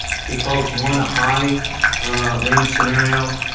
he called one a high range scenario,